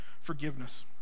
forgiveness